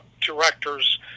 directors